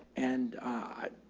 and ah,